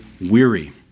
weary